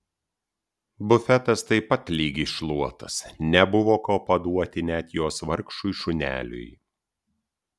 bufetas taip pat lyg iššluotas nebuvo ko paduoti net jos vargšui šuneliui